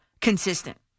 consistent